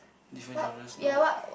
different genres no